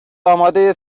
آماده